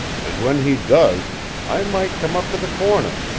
and when he does i might come up to the corner,